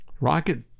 Rocket